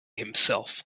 himself